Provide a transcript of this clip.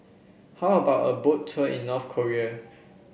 how about a Boat Tour in North Korea